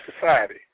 society